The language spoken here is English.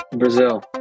Brazil